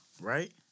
Right